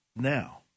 now